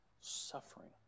suffering